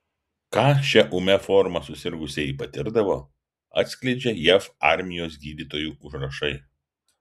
ką šia ūmia forma susirgusieji patirdavo atskleidžia jav armijos gydytojų užrašai